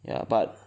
ya but